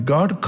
God